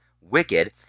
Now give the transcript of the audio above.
Wicked